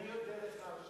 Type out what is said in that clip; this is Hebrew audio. מי יודה לך עכשיו,